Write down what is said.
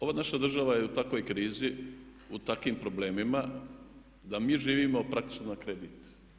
Ova naša država je u takvoj krizi, u takvim problemima da mi živimo praktički na kredit.